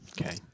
Okay